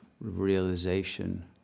realization